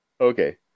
Okay